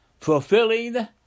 fulfilling